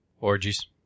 Orgies